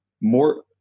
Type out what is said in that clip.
more